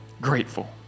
grateful